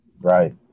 Right